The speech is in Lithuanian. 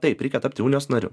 taip reikia tapti unijos nariu